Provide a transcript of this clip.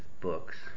books